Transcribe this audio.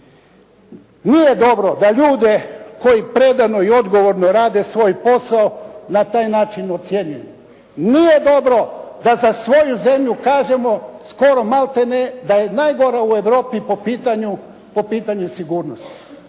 Nije dobro da ljude koji predano i odgovorno rade svoj posao na taj način ocjenjuju. Nije dobro da za svoju zemlju kažemo skoro maltene da je najgora u Europi po pitanju sigurnosti.